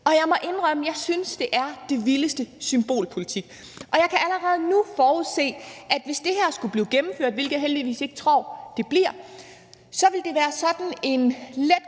Og jeg må indrømme, jeg synes, at det er den vildeste symbolpolitik, og jeg kan allerede nu forudse, at hvis det her skulle blive gennemført, hvilket jeg heldigvis ikke tror det bliver, så vil det være sådan en let